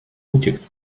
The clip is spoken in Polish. uciekł